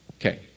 Okay